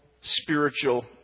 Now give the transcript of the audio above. spiritual